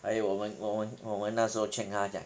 还有我们我们我们那时候劝他讲